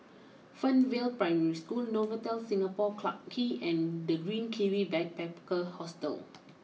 Fernvale Primary School Novotel Singapore Clarke Quay and the Green Kiwi Backpacker Hostel